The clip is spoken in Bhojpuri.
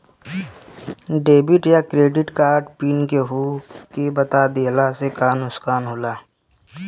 डेबिट या क्रेडिट कार्ड पिन केहूके बता दिहला से का नुकसान ह?